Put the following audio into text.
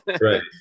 Right